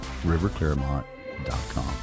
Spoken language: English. riverclaremont.com